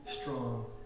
strong